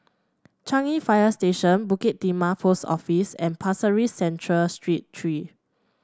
Changi Fire Station Bukit Timah Post Office and Pasir Ris Central Street Three